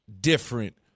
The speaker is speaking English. different